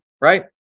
right